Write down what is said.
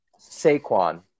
Saquon